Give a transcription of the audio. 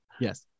Yes